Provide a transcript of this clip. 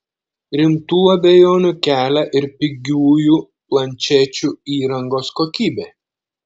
rimtų abejonių kelia ir pigiųjų planšečių įrangos kokybė